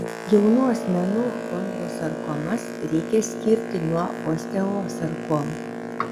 jaunų asmenų chondrosarkomas reikia skirti nuo osteosarkomų